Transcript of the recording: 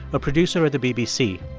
a producer at the bbc.